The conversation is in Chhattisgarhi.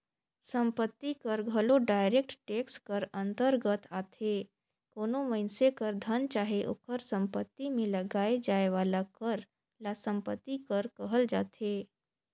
संपत्ति कर घलो डायरेक्ट टेक्स कर अंतरगत आथे कोनो मइनसे कर धन चाहे ओकर सम्पति में लगाए जाए वाला कर ल सम्पति कर कहल जाथे